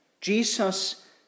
Jesus